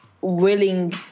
willing